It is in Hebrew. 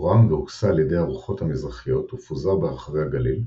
הורם והוסע על ידי הרוחות המזרחיות ופוזר ברחבי הגליל,